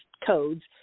codes